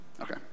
Okay